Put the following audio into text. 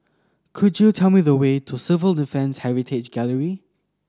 could you tell me the way to Civil Defence Heritage Gallery